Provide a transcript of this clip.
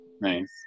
nice